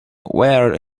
where